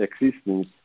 existence